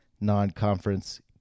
non-conference